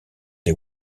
des